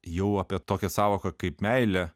jau apie tokią sąvoką kaip meilė